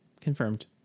Confirmed